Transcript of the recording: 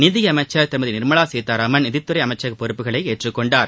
நிதியமைச்சர் திருமதி நிர்மலா சீதாராமன் நிதித்துறை அமைச்சக பொறுப்புகளை ஏற்றுக்கொண்டார்